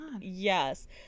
yes